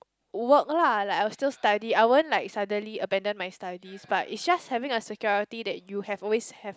work lah like I'll still study I won't like suddenly abandon my studies but is just having a security that you have always have